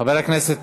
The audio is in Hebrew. חבר הכנסת